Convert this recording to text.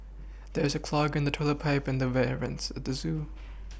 there is a clog in the toilet pipe and the air vents at the zoo